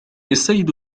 السيد